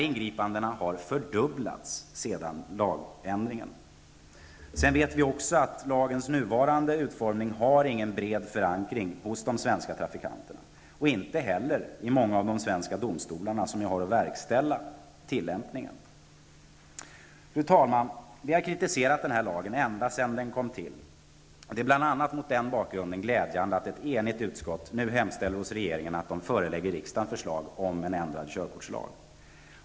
Ingripandena har fördubblats sedan lagändringen skedde. Vi vet också att lagens nuvarande utformning inte har någon bred förankring hos de svenska trafikanterna och inte heller hos många av de svenska domstolarna, som har att verkställa tillämpningen. Fru talman! Vi moderater har kritiserat denna lag ända sedan dess tillkomst. Det är bl.a. mot den bakgrunden glädjande att ett enigt utskott nu hemställer hos regeringen att den förelägger riksdagen förslag om en ändrad körkortslag.